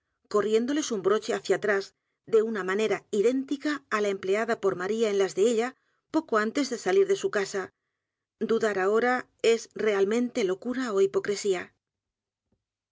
u n broche hacia atrás de una manera idéntica á la empleada por maría en las de ella poco antes de salir de su casa d u d a r ahora es realmente locura ó hipocresía